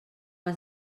has